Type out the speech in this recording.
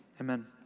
amen